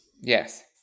Yes